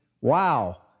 wow